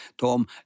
Tom